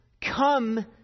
come